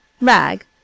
Rag